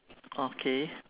okay